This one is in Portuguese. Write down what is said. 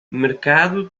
mercado